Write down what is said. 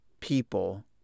people